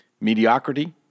Mediocrity